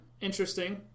interesting